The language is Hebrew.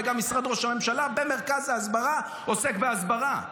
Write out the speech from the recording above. וגם משרד ראש הממשלה במרכז ההסברה עוסק בהסברה.